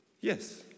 yes